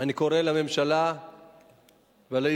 אני קורא לממשלה ולהסתדרות,